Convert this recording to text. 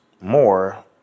more